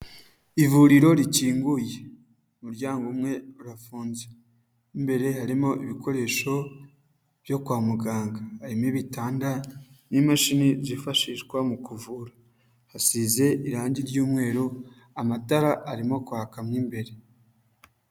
Ivuriro rikinguye, umuryango umwe urafunze, imbere harimo ibikoresho byo kwa muganga harimo ibitanda n'imashini zifashishwa mu kuvura, hasize irangi ry'umweru amatara arimo kwaka mo imbere.